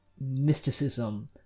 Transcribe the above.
mysticism